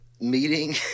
meeting